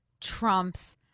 trumps